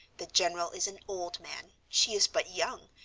the general is an old man, she is but young,